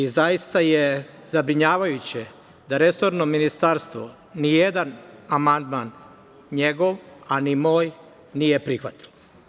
Zaista je zabrinjavajuće da resorno ministarstvo ni jedan amandman njegov, a ni moj nije prihvatilo.